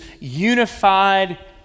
unified